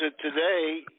Today